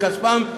מכספם,